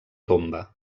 tomba